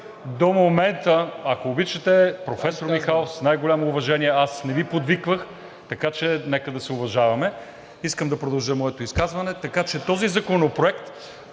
България“), ако обичате, професор Михайлов – с най-голямо уважение, аз не Ви подвиквах, така че нека да се уважаваме! Искам да продължа моето изказване. Този законопроект